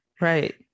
right